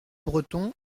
breton